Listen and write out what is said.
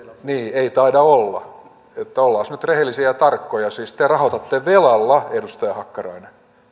ei taida olla että ollaanpas nyt rehellisiä ja tarkkoja siis te rahoitatte velalla edustaja hakkarainen